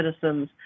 citizens